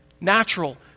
natural